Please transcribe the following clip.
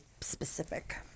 specific